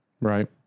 Right